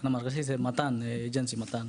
זה מתן, חברת מתן.